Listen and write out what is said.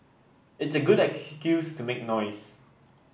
it's a good excuse to make noise